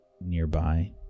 nearby